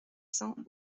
cents